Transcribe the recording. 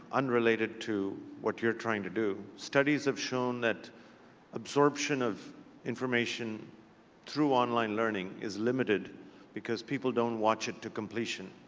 unrelated to what you're trying to do, studies have shown that absorption of information through online learning is limited because people don't watch it to completion.